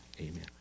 amen